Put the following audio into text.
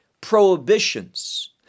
prohibitions